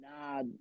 nah